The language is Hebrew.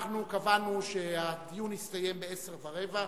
אנחנו קבענו שהדיון יסתיים ב-22:15,